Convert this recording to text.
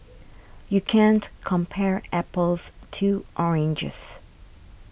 you can't compare apples to oranges